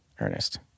Ernest